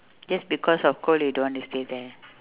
just because of cold you don't want to stay there